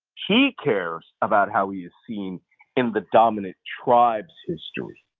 he cares about how he is seen in the dominant tribe's history.